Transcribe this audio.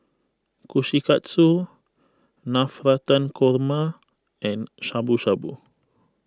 Kushikatsu Navratan Korma and Shabu Shabu